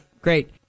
Great